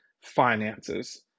finances